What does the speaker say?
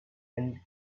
and